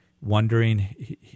wondering